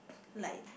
like